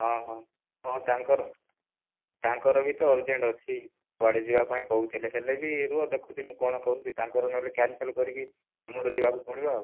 ହଁ ହଁ ହଁ ତାଙ୍କର ତାଙ୍କର ବି ତ ଅରଜେଣ୍ଟ ଅଛି କୁଆଡ଼େ ଯିବାପାଇଁ କହୁଥିଲେ ହେଲେ ବି ରୁହ ଦେଖୁଛି ମୁଁ କଣ କରୁଛି ତାଙ୍କର ନହେଲେ କ୍ୟାନସେଲ କରିକି ତମର ଯିବାକୁ ପଡ଼ିବ ଆଉ